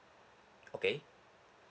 okay